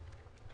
האוצר.